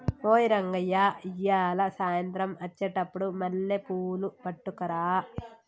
ఓయ్ రంగయ్య ఇయ్యాల సాయంత్రం అచ్చెటప్పుడు మల్లెపూలు పట్టుకరా